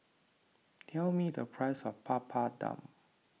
tell me the price of Papadum